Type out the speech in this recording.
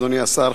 אדוני השר,